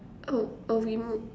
oh or we move